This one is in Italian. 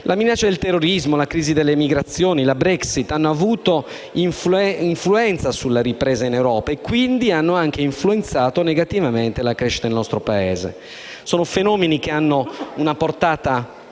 La minaccia del terrorismo, la crisi delle migrazioni e la Brexit hanno avuto influenza sulla ripresa in Europa e quindi hanno influenzato negativamente anche la crescita nel nostro Paese. Sono fenomeni che hanno una portata